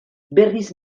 berriz